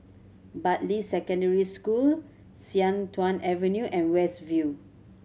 Bartley Secondary School Sian Tuan Avenue and West View